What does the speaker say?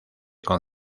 con